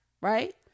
right